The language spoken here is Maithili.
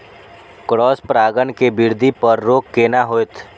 क्रॉस परागण के वृद्धि पर रोक केना होयत?